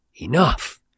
enough